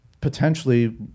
potentially